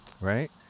right